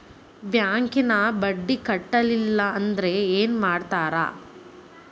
ಬ್ಯಾಂಕಿನ ಬಡ್ಡಿ ಕಟ್ಟಲಿಲ್ಲ ಅಂದ್ರೆ ಏನ್ ಮಾಡ್ತಾರ?